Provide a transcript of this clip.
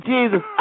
Jesus